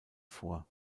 vor